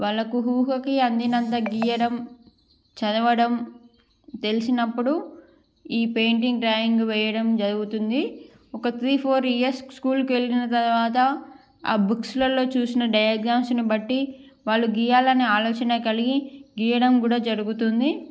వాళ్ళకు ఊహకి అందినంత గీయడం చదవడం తెలిసినపుడు ఈ పెయింటింగ్ డ్రాయింగ్ వేయడం జరుగుతుంది ఒక త్రీ ఫోర్ ఇయర్స్ స్కూల్కి వెళ్ళిన తరువాత ఆ బుక్స్లలో చూసిన డయాగ్రామ్స్ని బట్టి వాళ్ళు గీయాలనే ఆలోచన కలిగి గీయడం కూడా జరుగుతుంది